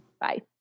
Bye